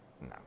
No